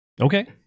Okay